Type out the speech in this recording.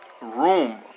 room